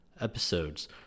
episodes